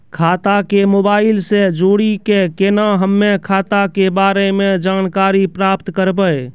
खाता के मोबाइल से जोड़ी के केना हम्मय खाता के बारे मे जानकारी प्राप्त करबे?